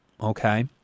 Okay